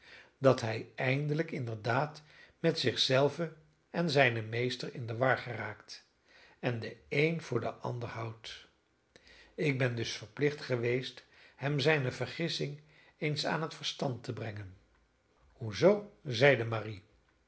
dat hij eindelijk inderdaad met zich zelven en zijnen meester in de war geraakt en den een voor den ander houdt ik ben dus verplicht geweest hem zijne vergissing eens aan het verstand te brengen hoe zoo zeide marie